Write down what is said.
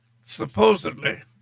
supposedly